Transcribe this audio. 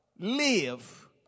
Live